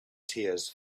tears